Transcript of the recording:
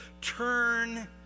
turn